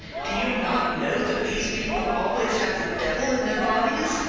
do you not know that these people always have the devil in their bodies?